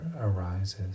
arises